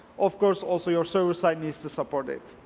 of course also your server side needs to support it.